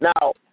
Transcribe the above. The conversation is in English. Now